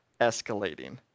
escalating